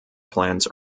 plants